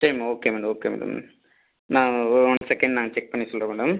சரி ma'am okay madam okay madam நான் oh one second நாங்கள் செக் பண்ணி சொல்லுறேன் மேடம்